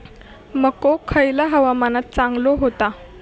मको खयल्या हवामानात चांगलो होता?